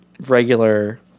regular